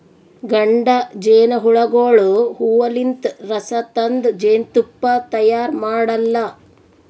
ಗಂಡ ಜೇನಹುಳಗೋಳು ಹೂವಲಿಂತ್ ರಸ ತಂದ್ ಜೇನ್ತುಪ್ಪಾ ತೈಯಾರ್ ಮಾಡಲ್ಲಾ